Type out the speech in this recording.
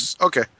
Okay